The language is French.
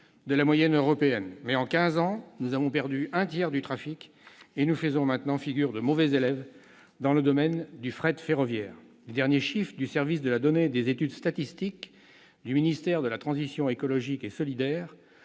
de la moyenne européenne. Mais, en quinze ans, nous avons perdu un tiers du trafic, et nous faisons désormais figure de mauvais élève dans le domaine du fret ferroviaire. Les derniers chiffres du service de la donnée et des études statistiques du ministère de la transition écologique et solidaire